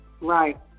Right